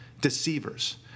deceivers